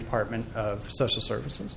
department of social services